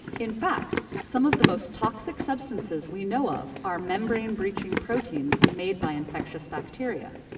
in fact, some of the most toxic substances we know of are membrane-breaching proteins made by infectious bacteria.